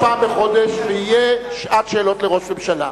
פעם בחודש ותהיה שעת שאלות לראש ממשלה.